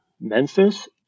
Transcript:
Memphis